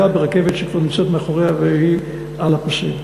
ברכבת שכבר נמצאת מאחוריה והיא על הפסים.